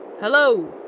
Hello